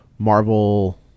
Marvel